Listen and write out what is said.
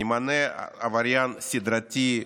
נמנה עבריין סדרתי,